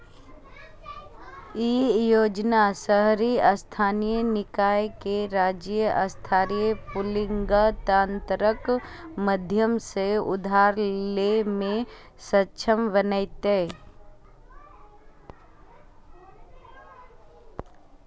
ई योजना शहरी स्थानीय निकाय कें राज्य स्तरीय पूलिंग तंत्रक माध्यम सं उधार लै मे सक्षम बनेतै